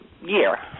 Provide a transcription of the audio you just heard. year